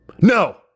No